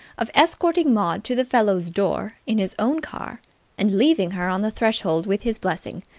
of escorting maud to the fellow's door in his own car and leaving her on the threshold with his blessing.